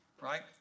right